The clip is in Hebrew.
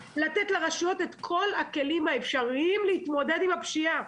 לתת לרשויות את כל הכלים האפשריים להתמודד עם הפשיעה.